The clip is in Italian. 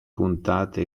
puntate